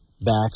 backs